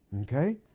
okay